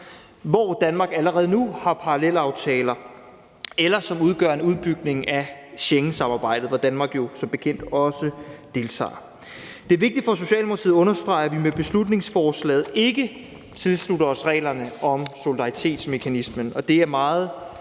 hvor Danmark allerede nu har parallelaftaler, eller som udgør en udbygning af Schengensamarbejdet, hvor Danmark jo som bekendt også deltager. Det er vigtigt for Socialdemokratiet at understrege, at vi med beslutningsforslaget ikke tilslutter os reglerne om solidaritetsmekanismen,